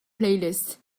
playlist